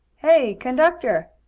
hey, conductor!